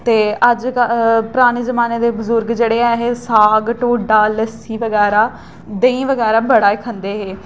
ते अजकल पराने जमाने दे बजुर्ग जेह्ड़े ऐहे साग ढोड्डा लस्सी बगैरा देहीं बगैरा बड़ा ई खंदे हे